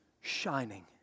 shining